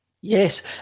Yes